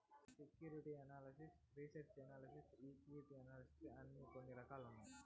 security analyst research analyst equity analyst అని కొన్ని రకాలు ఉన్నాయి